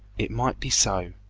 it might be so,